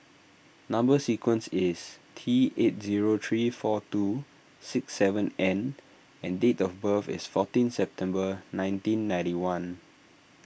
Number Sequence is T eight zero three four two six seven N and date of birth is fourteen September nineteen ninety one